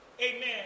amen